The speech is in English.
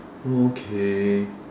okay